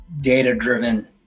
data-driven